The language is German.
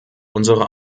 unsere